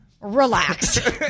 Relax